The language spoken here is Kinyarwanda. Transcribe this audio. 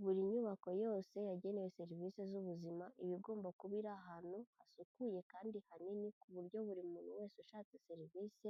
Buri nyubako yose yagenewe serivisi z'ubuzima, iba igomba kuba iri ahantu hasukuye kandi hanini ku buryo buri muntu wese ushaka serivisi,